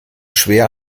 schwer